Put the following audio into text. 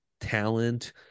talent